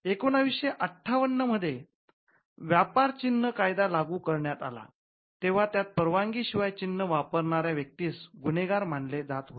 १९५८ मध्ये जेंव्हा व्यापार चिन्ह कायदा लागू करण्यात आला तेंव्हा त्यात परवानगी शिवाय चिन्ह वापरणाऱ्या व्यक्तीस गुन्हेगार मानले जात होते